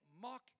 mock